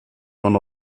man